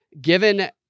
Given